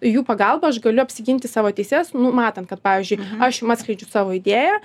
jų pagalba aš galiu apsiginti savo teises numatant kad pavyzdžiui aš jum atskleidžiu savo idėją